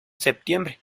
septiembre